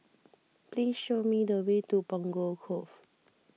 please show me the way to Punggol Cove